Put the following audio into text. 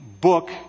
book